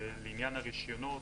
לעניין הרישיונות.